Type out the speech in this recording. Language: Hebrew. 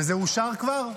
וזה אושר כבר?